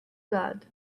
god